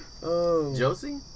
Josie